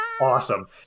awesome